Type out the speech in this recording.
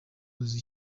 uzi